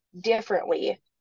differently